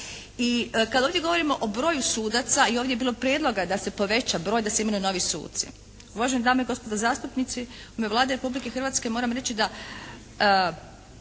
I kad ovdje govorimo o broju sudaca i ovdje je bilo prijedloga da se poveća broj, da se imenuju novi suci. Uvažene dame i gospodo zastupnici, u ime Vlade Republike Hrvatske moram reći da